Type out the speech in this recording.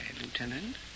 Lieutenant